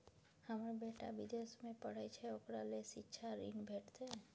हमर बेटा विदेश में पढै छै ओकरा ले शिक्षा ऋण भेटतै?